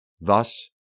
Thus